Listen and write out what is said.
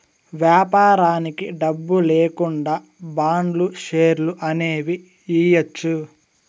వ్యాపారానికి డబ్బు లేకుండా బాండ్లు, షేర్లు అనేవి ఇయ్యచ్చు